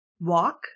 walk